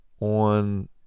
on